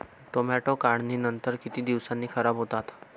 Tomato काढणीनंतर किती दिवसांनी खराब होतात?